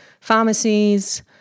pharmacies